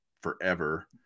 forever